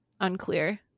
unclear